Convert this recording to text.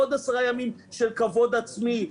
עוד עשרה ימים של כבוד עצמי,